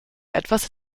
etwas